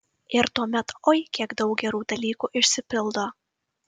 ir tuomet oi kiek daug gerų dalykų išsipildo